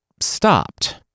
stopped